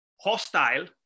hostile